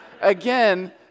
again